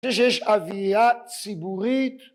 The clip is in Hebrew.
שיש אווירה ציבורית